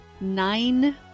nine